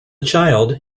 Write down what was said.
child